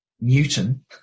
newton